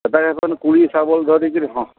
ହେଟାକେ ପୁଣି କୁଡ଼ି ଶାବଳ୍ ଧରିକରି ହଁ